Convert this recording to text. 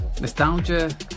Nostalgia